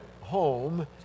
home